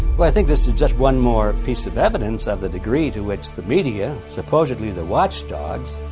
well i think this is just one more piece of evidence of the degree to which the media, supposedly the watchdogs,